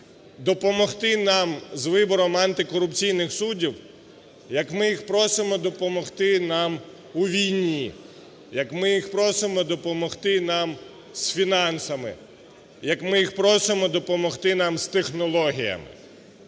допомогти нам з вибором антикорупційних суддів, як ми їх просимо допомогти нам у війні, як ми їх просимо допомогти нам з фінансами, як ми їх просимо допомогти нам з технологіями.